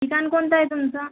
ठिकाण कोणत आहे तुमचा